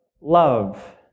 Love